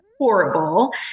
horrible